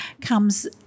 comes